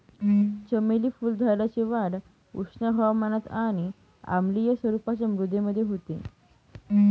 चमेली फुलझाडाची वाढ उष्ण हवामानात आणि आम्लीय स्वरूपाच्या मृदेमध्ये होते